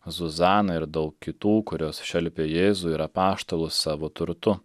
zuzana ir daug kitų kurios šelpė jėzų ir apaštalus savo turtu